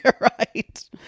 right